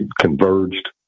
converged